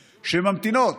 שממתינות.